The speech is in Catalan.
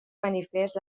manifest